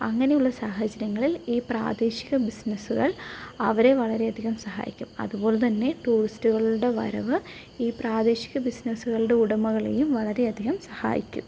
അങ്ങനെ ഉളള സാഹചര്യങ്ങളിൽ ഈ പ്രാദേശിക ബിസിനസ്സുകൾ അവരെ വളരെ അധികം സഹായിക്കും അതുപോലെ തന്നെ ടൂറിസ്റ്റ്കളുടെ വരവ് ഈ പ്രാദേശിക ബിസിനസ്സുകളുടെ ഉടമകളേയും വളരെ അധികം സഹായിക്കും